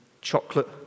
chocolate